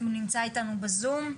נמצא איתנו בזום.